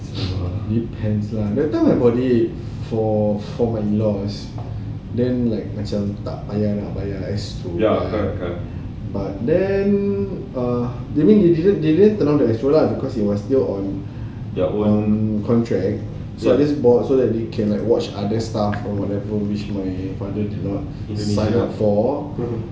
depends lah that time I bought it for for my in laws then like macam tak payah nak bayar Astro but then err they didn't turn on the Astro lah of course it was still on contract so I just bought so they can watch other stuff my father in law signed up for